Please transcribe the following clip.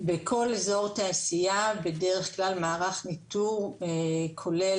בכל אזור תעשייה בדרך כלל מערך ניטור כולל